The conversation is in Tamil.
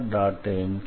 ndydz|n